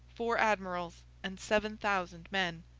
four admirals, and seven thousand men.